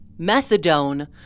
methadone